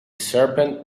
serpent